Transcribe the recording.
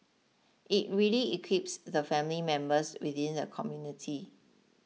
it really equips the family members within the community